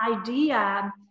idea